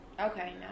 Okay